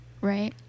right